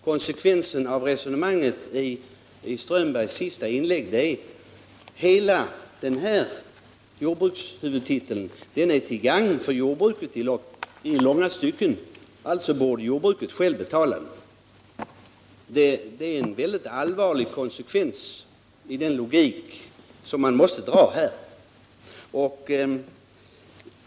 Konsekvensen av resonemanget i Håkan Strömbergs senaste inlägg är: Hela jordbrukshuvudtiteln är till gagn för jordbruket — alltså borde jordbruket självt betala den. Det är en väldigt allvarlig konsekvens av resonemanget.